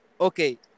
Okay